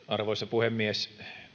arvoisa puhemies